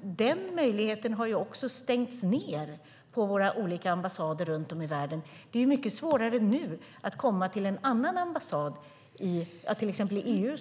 Den möjligheten har stängts ned på våra olika ambassader runt om i världen. Det är nu mycket svårare att komma till en annan ambassad. I till exempel EU